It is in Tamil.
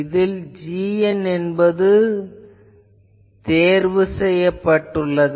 இதில் gn என்பது இங்கு தேர்வு செய்யப்பட்டுள்ளது